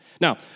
Now